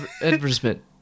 advertisement